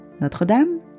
Notre-Dame